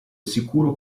sicuro